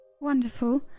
Wonderful